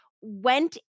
went